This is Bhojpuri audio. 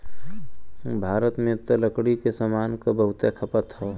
भारत में त लकड़ी के सामान क बहुते खपत हौ